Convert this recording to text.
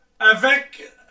Avec